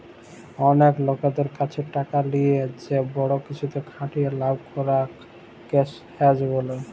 অলেক লকদের ক্যাছে টাকা লিয়ে যে বড় কিছুতে খাটিয়ে লাভ করাক কে হেজ ব্যলে